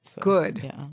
Good